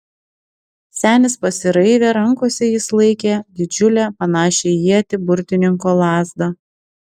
senis pasiraivė rankose jis laikė didžiulę panašią į ietį burtininko lazdą